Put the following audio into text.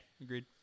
agreed